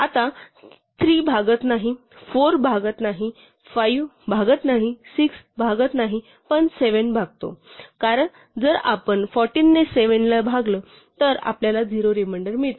आता 3 भागत नाही 4 भागत नाही 5 भागत नाही 6 भागत नाही पण 7 करतो कारण जर आपण 14 ने 7 ने भागलो तर आपल्याला 0 रिमेंडर मिळतो